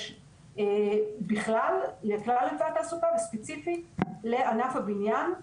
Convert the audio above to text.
בכלל לכלל ענפי התעסוקה וספציפית לענף הבניין,